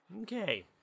Okay